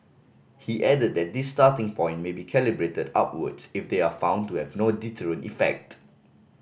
he added that this starting point may be calibrated upwards if they are found to have no deterrent effect